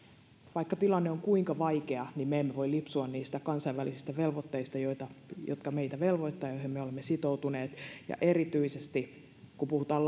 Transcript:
vaikka tilanne on kuinka vaikea me emme voi lipsua niistä kansainvälisistä velvoitteista jotka meitä velvoittavat ja joihin me olemme sitoutuneet ja erityisesti kun puhutaan